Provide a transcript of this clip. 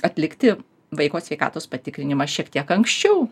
atlikti vaiko sveikatos patikrinimą šiek tiek anksčiau